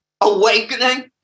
awakening